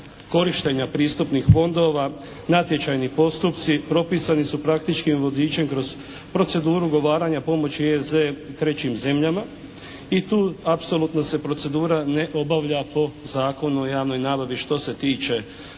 korištenja pristupnih fondova, natječajni postupci propisani su praktički vodičem kroz proceduru ugovaranja pomoći EZ trećim zemljama i tu apsolutno se procedura ne obavlja po Zakonu o javnoj nabavi, što se tiče